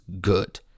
good